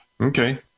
okay